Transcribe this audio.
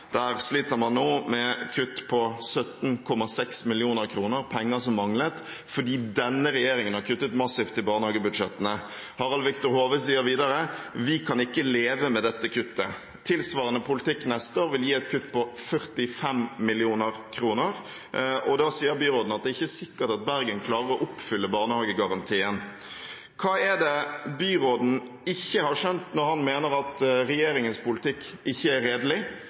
Der sliter man nå med kutt på 17,6 mill. kr, penger som manglet fordi denne regjeringen kuttet massivt i barnehagebudsjettene. Harald Victor Hove sier videre: «Vi kan ikke leve med dette kuttet.» Tilsvarende politikk neste år vil gi et kutt på 45 mill. kr. Da sier byråden at det er ikke sikkert at Bergen klarer å oppfylle barnehagegarantien. Hva er det byråden ikke har skjønt når han mener at regjeringens politikk ikke er redelig?